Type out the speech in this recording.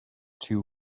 two